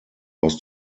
was